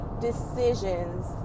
decisions